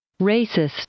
Racist